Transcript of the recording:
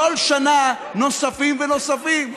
כל שנה נוספים ונוספים.